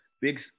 big